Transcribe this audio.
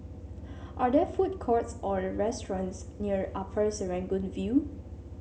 are there food courts or restaurants near Upper Serangoon View